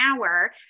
hour